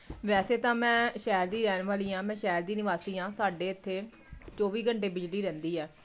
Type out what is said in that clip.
ਵੈਸੇ ਤਾਂ ਮੈਂ ਸ਼ਹਿਰ ਦੀ ਰਹਿਣ ਵਾਲੀ ਹਾਂ ਮੈਂ ਸ਼ਹਿਰ ਦੀ ਨਿਵਾਸੀ ਹਾਂ ਸਾਡੇ ਇੱਥੇ ਚੌਵੀ ਘੰਟੇ ਬਿਜਲੀ ਰਹਿੰਦੀ ਆ